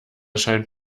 scheint